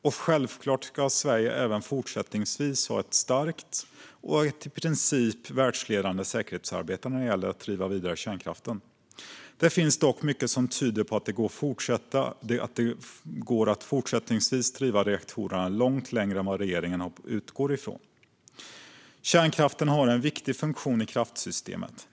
Och självklart ska Sverige även fortsättningsvis ha ett starkt och i princip världsledande säkerhetsarbete när det gäller att driva kärnkraften vidare. Det finns dock mycket som tyder på att det går att fortsätta driva reaktorerna långt mycket längre än vad regeringen utgår från. Kärnkraften har en viktig funktion i kraftsystemet.